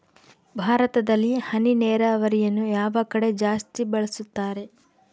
ಭಾರತದಲ್ಲಿ ಹನಿ ನೇರಾವರಿಯನ್ನು ಯಾವ ಕಡೆ ಜಾಸ್ತಿ ಬಳಸುತ್ತಾರೆ?